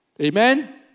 Amen